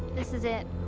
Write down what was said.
this is it.